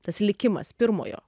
tas likimas pirmojo